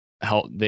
help